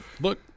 look